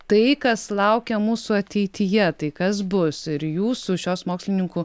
tai kas laukia mūsų ateityje tai kas bus ir jūsų šios mokslininkų